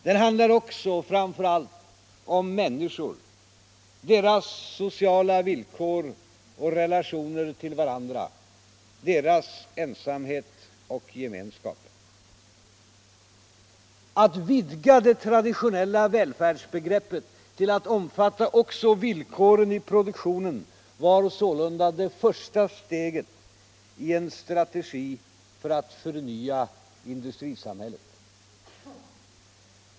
Den handlar också och framför allt om människor, deras sociala villkor och relationer till varandra, deras ensamhet och gemenskap. Att vidga det traditionella välfärdsbegreppet till att omfatta också villkoren i produktionen var sålunda det första steget i en strategi för att förnya industrisamhället.